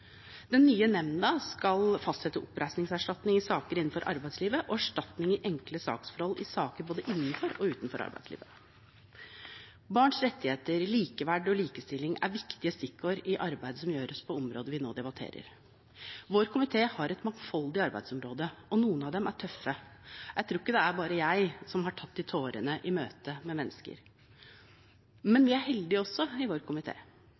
Den nye nemnden skal kunne fastsette oppreisningserstatning i saker innenfor arbeidslivet og erstatning i enkle saksforhold i saker både innenfor og utenfor arbeidslivet. Barns rettigheter, likeverd og likestilling er viktige stikkord i arbeidet som gjøres på området vi nå debatterer. Vår komité har et mangfoldig arbeidsområde, og noen av dem er tøffe. Jeg tror ikke det er bare jeg som har tatt til tårene i møte med mennesker. Men vi er også heldige i vår